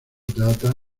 data